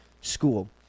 school